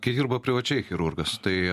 kiek dirba privačiai chirurgas tai